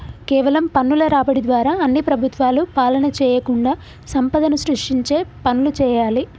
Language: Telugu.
కేవలం పన్నుల రాబడి ద్వారా అన్ని ప్రభుత్వాలు పాలన చేయకుండా సంపదను సృష్టించే పనులు చేయాలి